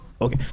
Okay